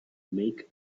make